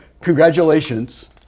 Congratulations